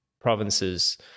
provinces